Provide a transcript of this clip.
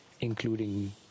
including